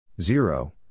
zero